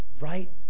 right